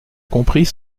comprit